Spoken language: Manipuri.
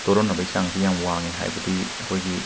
ꯇꯣꯔꯣꯟꯅꯕꯒꯤ ꯆꯥꯡꯁꯤ ꯌꯥꯝ ꯋꯥꯡꯉꯦ ꯍꯥꯏꯕꯗꯤ ꯑꯩꯈꯣꯏꯒꯤ